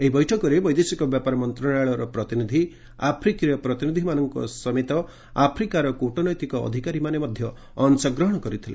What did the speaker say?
ଏହି ବୈଠକରେ ବୈଦେଶିକ ବ୍ୟାପାର ମନ୍ତ୍ରଣାଳୟର ପ୍ରତିନିଧି ଆଫ୍ରିକୀୟ ପ୍ରତିନିଧିମାନଙ୍କ ସମେତ ଆଫ୍ରିକାର କୃଟନୈତିକ ଅଧିକାରୀମାନେ ଅଂଶଗ୍ରହଣ କରିଥିଲେ